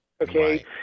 Okay